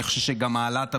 אני חושב שגם העלאת המחירים,